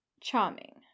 Charming